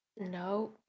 No